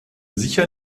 sicher